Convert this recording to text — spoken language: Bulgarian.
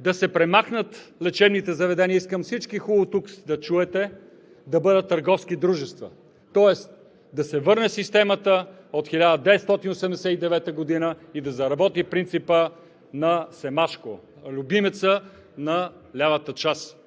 да се премахнат лечебните заведения – искам всички хубаво тук да чуете – да бъдат търговски дружества. Тоест да се върне системата от 1989 г. и да заработи принципът на Семашко – любимецът на лявата част.